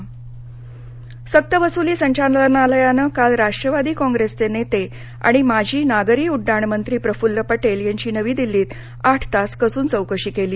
प्रफुल्ल पटेल सक्त वसूली संचालनालयानं काल राष्ट्रवादी काँग्रेसचे नेते आणि माजी नागरी उड्डाण मंत्री प्रफुल्ल पटेल यांची नवी दिल्लीत आठ तास कसून चौकशी केली